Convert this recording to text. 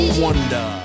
wonder